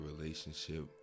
relationship